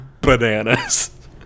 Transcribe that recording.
Bananas